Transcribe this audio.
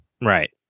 Right